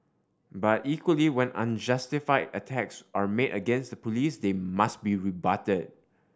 but equally when unjustified attacks are made against the police they must be rebutted